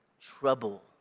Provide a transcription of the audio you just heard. Trouble